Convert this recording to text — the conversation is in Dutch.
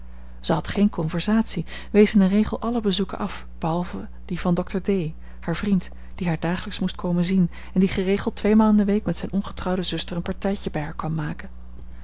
zij had geen conversatie wees in den regel alle bezoeken af behalve die van dokter d haar vriend die haar dagelijks moest komen zien en die geregeld tweemaal in de week met zijne ongetrouwde zuster een partijtje bij haar kwam maken